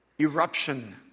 eruption